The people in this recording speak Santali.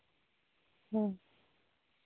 ᱦᱮᱸ